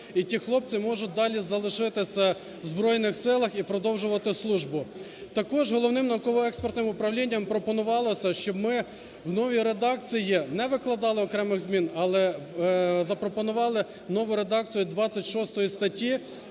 і ті хлопці можуть далі залишитися в Збройних Силах і продовжувати службу. Також Головним науково-експортним управлінням пропонувалося, щоб ми в новій редакції не викладали окремих змін, але запропонували нову редакцію 26 статті,